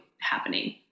happening